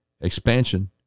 expansion